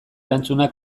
erantzuna